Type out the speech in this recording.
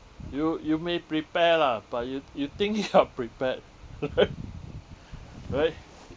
you you may prepare lah but you you think you are prepared right